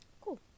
Cool